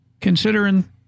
Considering